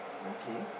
okay